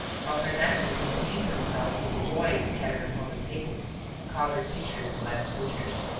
while her nephews would amuse themselves with the toys scattered upon the table colored pictures and lead soldiers.